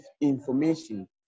information